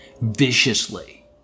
viciously